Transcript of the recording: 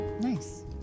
Nice